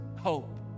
hope